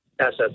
assets